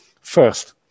First